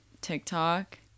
TikTok